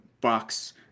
box